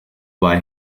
buy